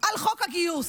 על חוק הגיוס.